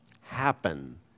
happen